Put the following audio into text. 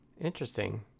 Interesting